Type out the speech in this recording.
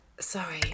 Sorry